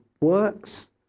works